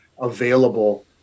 available